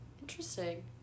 Interesting